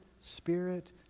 spirit